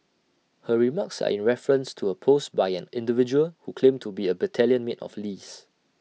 her remarks are in reference to A post by an individual who claimed to be A battalion mate of Lee's